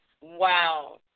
Wow